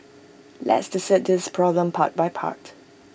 let's dissect this problem part by part